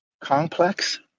complex